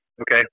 okay